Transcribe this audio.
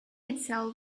itself